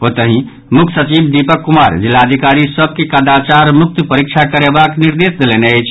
ओतहि मुख्य सचिव दीपक कुमार जिलाधिकारी सभ के कदाचार मुक्त परीक्षा करयबाक निर्देश देलनि अछि